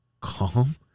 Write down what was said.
calm